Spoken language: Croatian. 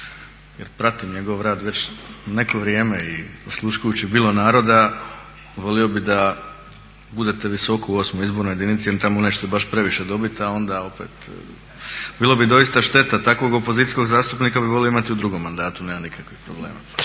jer pratim njegov rad već neko vrijeme i osluškujući bilo naroda volio bi da budete visoko u osmoj izbornoj jedinici jer tamo nećete baš previše dobit, a onda opet bilo bi doista šteta takvog opozicijskog zastupnika bi volio imati u drugom mandatu nema nikakvih problema.